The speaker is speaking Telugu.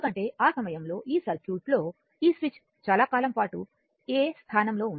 ఎందుకంటే ఆ సమయంలో ఈ సర్క్యూట్ లో ఈ స్విచ్ చాలా కాలం పాటు a స్థానం లో ఉంది